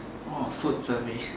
oh food survey